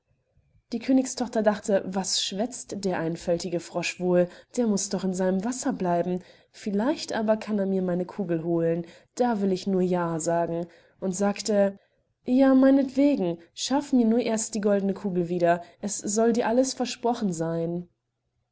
die königstochter dachte was schwätzt der einfältige frosch wohl der muß doch in seinem wasser bleiben vielleicht aber kann er mir meine kugel holen da will ich nur ja sagen und sagte ja meinetwegen schaff mir nur erst die goldne kugel wieder es soll dir alles versprochen seyn